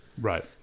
right